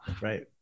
Right